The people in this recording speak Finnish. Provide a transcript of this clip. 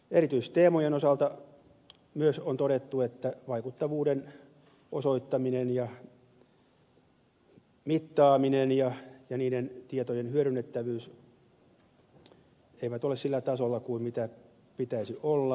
erityisteemojen osalta on myös todettu että vaikuttavuuden osoittaminen ja mittaaminen ja niiden tietojen hyödynnettävyys eivät ole sillä tasolla kuin pitäisi olla